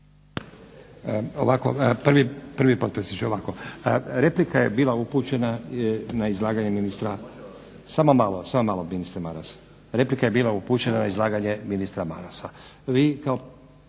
malo ministre Maras. Replika je bila upućena na izlaganje ministra Marasa.